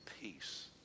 Peace